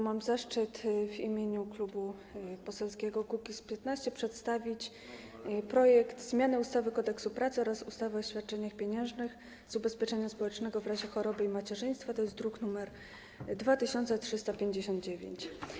Mam zaszczyt w imieniu Klubu Poselskiego Kukiz’15 przedstawić projekt zmiany ustawy Kodeks pracy oraz ustawy o świadczeniach pieniężnych z ubezpieczenia społecznego w razie choroby i macierzyństwa, druk nr 2359.